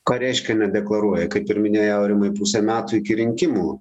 ką reiškia nedeklaruoja kaip ir minėjau aurimai pusę metų iki rinkimų